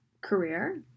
career